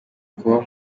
kubaho